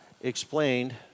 explained